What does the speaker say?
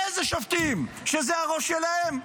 איזה שופטים, כשזה הראש שלהם?